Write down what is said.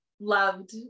loved